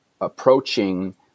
approaching